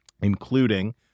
including